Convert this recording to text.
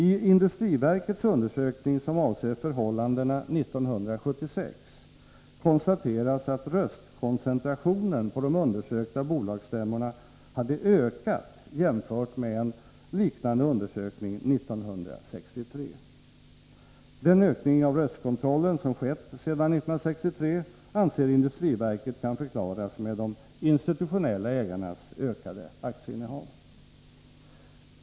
I industriverkets undersökning, som avser förhållandena 1976, konstateras att röstkoncentrationen på de undersökta bolagsstämmorna hade ökat jämfört med en liknande undersökning 1963. Den ökning av röstkontrollen som skett sedan 1963 anser industriverket kan förklaras med de institutionella ägarnas ökade aktieinnehav.